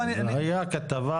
הייתה כתבה